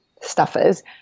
stuffers